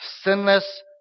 sinless